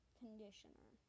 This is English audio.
conditioner